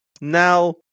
Now